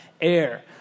air